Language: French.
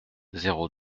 zéro